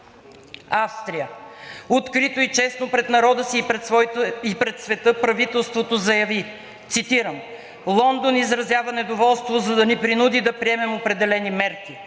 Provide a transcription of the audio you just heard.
Австрия – открито и честно пред народа си и пред света правителството заяви, цитирам: „Лондон изразява недоволство, за да ни принуди да приемем определени мерки,